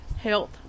health